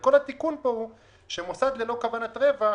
כל התיקון פה הוא שמוסד ללא כוונת רווח,